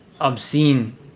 obscene